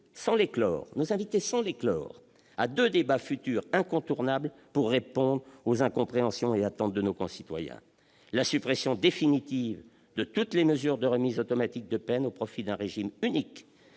mérite de nous inviter, sans les clore, à deux débats futurs incontournables pour répondre aux incompréhensions et aux attentes de nos concitoyens : d'une part, la suppression définitive de toutes les mesures de remises automatiques de peine au profit d'un régime unique